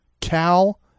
Cal